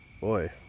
boy